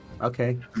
Okay